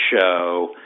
show